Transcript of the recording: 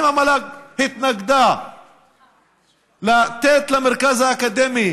אם המל"ג התנגדה לתת למרכז האקדמי